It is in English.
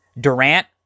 Durant